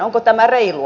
onko tämä reilua